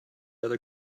other